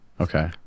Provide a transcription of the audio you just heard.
Okay